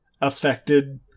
affected